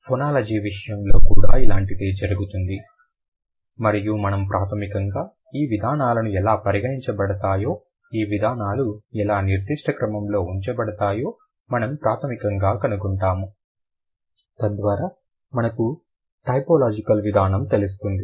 phonology విషయంలో కూడా ఇలాంటిదే జరుగుతుంది మరియు మనము ప్రాథమికంగా ఈ విధానాలను ఎలా పరిగణించబడతాయో ఈ విధానాలు ఎలా నిర్దిష్ట క్రమం లో ఉంచబడతాయో మనము ప్రాథమికంగా కనుగొంటాము తద్వారా మనకు టైపోలాజికల్ విధానం తెలుస్తుంది